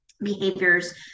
behaviors